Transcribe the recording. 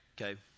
Okay